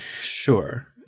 Sure